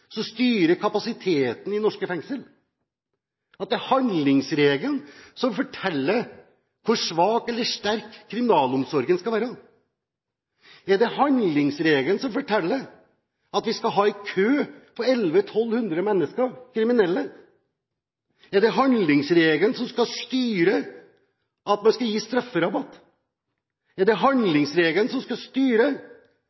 som styrer kapasiteten i norske fengsel, er det handlingsregelen som forteller hvor svak eller sterk kriminalomsorgen skal være, er det handlingsregelen som forteller at vi skal ha en kø på 1 100–1 200 kriminelle, er det handlingsregelen som skal styre at man skal gi strafferabatt, er det